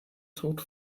tod